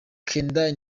kendall